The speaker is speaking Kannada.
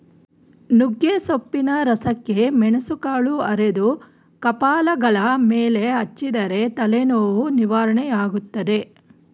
ನುಗ್ಗೆಸೊಪ್ಪಿನ ರಸಕ್ಕೆ ಮೆಣಸುಕಾಳು ಅರೆದು ಕಪಾಲಗಲ ಮೇಲೆ ಹಚ್ಚಿದರೆ ತಲೆನೋವು ನಿವಾರಣೆಯಾಗ್ತದೆ